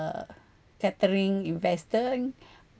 uh catering investing